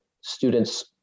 students